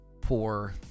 Poor